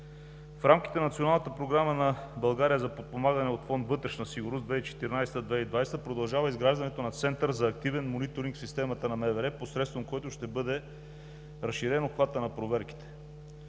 В рамките на Националната програма на България за подпомагане от фонд „Вътрешна сигурност“ 2014 – 2020 г. продължава изграждането на Център за активен мониторинг в системата на МВР, посредством който ще бъде разширен обхватът на проверките.